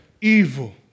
evil